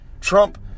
Trump